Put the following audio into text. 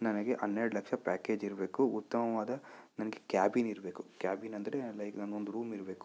ನನಗೆ ಹನ್ನೆರ್ಡು ಲಕ್ಷ ಪ್ಯಾಕೇಜ್ ಇರಬೇಕು ಉತ್ತಮವಾದ ನನಗೆ ಕ್ಯಾಬಿನ್ ಇರಬೇಕು ಕ್ಯಾಬಿನ್ ಅಂದರೆ ಲೈಕ್ ನನ್ನೊಂದು ರೂಮ್ ಇರಬೇಕು